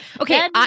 Okay